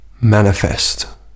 manifest